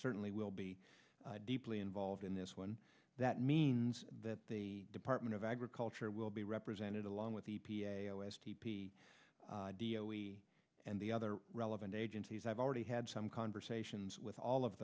certainly will be deeply involved in this one that means that the department of agriculture will be represented along with e p a o s t p and the other relevant agencies i've already had some conversations with all of